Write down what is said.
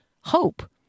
hope